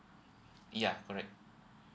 ya correct